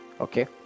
Okay